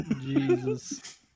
Jesus